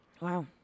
Wow